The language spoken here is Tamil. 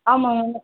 ஆமாம் ஆமாம்